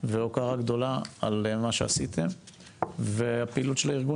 והוקרה גדולה על מה שעשיתם והפעילות של הארגון